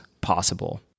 possible